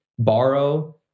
Borrow